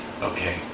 okay